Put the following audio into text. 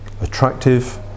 attractive